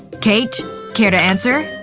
kate care to answer